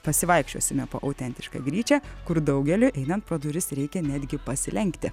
pasivaikščiosime po autentišką gryčią kur daugeliui einant pro duris reikia netgi pasilenkti